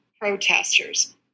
protesters